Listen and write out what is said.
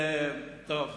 בכל